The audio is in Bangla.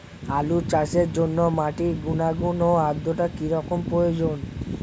আলু চাষের জন্য মাটির গুণাগুণ ও আদ্রতা কী রকম প্রয়োজন?